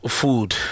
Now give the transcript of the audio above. food